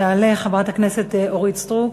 תעלה חברת הכנסת אורית סטרוק.